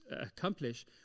accomplish